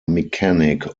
mechanic